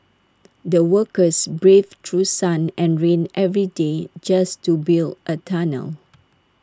the workers braved through sun and rain every day just to build A tunnel